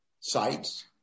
sites